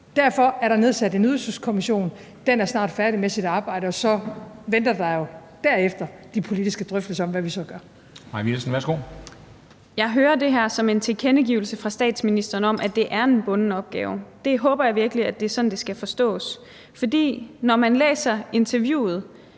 Derfor er der nedsat en Ydelseskommission. Den er snart færdig med sit arbejde, og så venter der derefter de politiske drøftelser om, hvad vi så gør. Kl. 13:39 Formanden (Henrik Dam Kristensen): Mai Villadsen, værsgo. Kl. 13:39 Mai Villadsen (EL): Jeg hører det her som en tilkendegivelse fra statsministeren om, at det er en bunden opgave; jeg håber virkelig, at det er sådan, det skal forstås. For når man læser interviewet